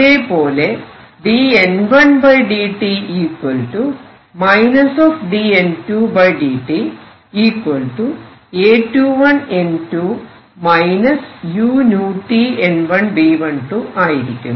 അതേപോലെ dN1dt dN2dt A21N2 uTN1B12 ആയിരിക്കും